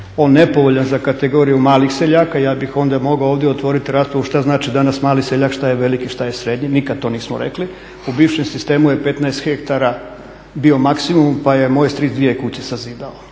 on nepovoljan za kategoriju malih seljaka, ja bih onda mogao ovdje otvoriti raspravu šta znači danas mali seljak, šta je veliki, šta je srednji, nikada to nismo rekli. U bivšem sistemu je 15 hektara bio maksimum pa je moj stric dvije kuće sazidao